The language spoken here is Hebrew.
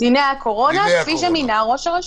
דיני הקורונה, כפי שמינה ראש הרשות,